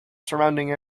surrounding